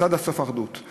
אז עד הסוף אחדות,